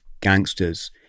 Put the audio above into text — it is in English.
gangsters